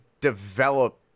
develop